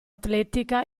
atletica